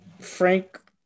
Frank